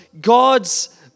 God's